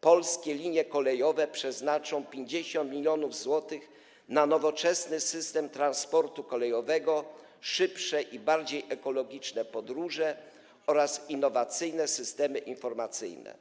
Polskie Linie Kolejowe przeznaczą 50 mln zł na nowoczesny system transportu kolejowego, szybsze i bardziej ekologiczne podróże oraz innowacyjne systemy informatyczne.